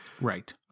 Right